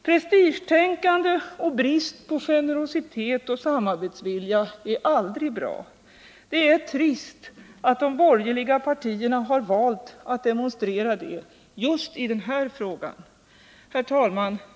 Prestigetänkande och brist på generositet och samarbetsvilja är aldrig bra. Det är trist att de borgerliga partierna har valt att demonstrera det just i den här frågan. Herr talman!